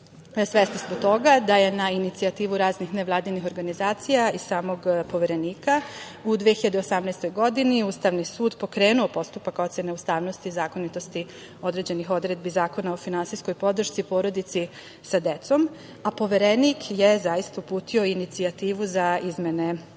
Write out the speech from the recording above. lica. Svesni smo toga da je na inicijativu raznih nevladinih organizacija i samog Poverenika u 2018. godini Ustavni sud pokrenuo postupak procene ustavnosti i zakonitosti određenih odredbi Zakona o finansijskoj podršci porodici sa decom, a Poverenik je zaista uputio inicijativu za izmene